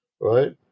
right